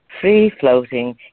free-floating